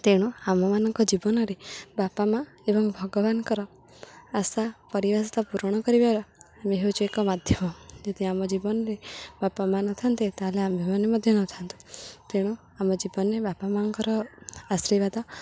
ତେଣୁ ଆମମାନଙ୍କ ଜୀବନରେ ବାପା ମାଆ ଏବଂ ଭଗବାନଙ୍କର ଆଶା ପରିଭାଷା ପୂରଣ କରିବାର ଆମେ ହେଉଛୁ ଏକ ମାଧ୍ୟମ ଯଦି ଆମ ଜୀବନରେ ବାପା ମାଆ ନଥାନ୍ତେ ତାହେଲେ ଆମ୍ଭେ ମାନେ ମଧ୍ୟ ନଥାନ୍ତୁ ତେଣୁ ଆମ ଜୀବନରେ ବାପା ମାଆଙ୍କର ଆଶୀର୍ବାଦ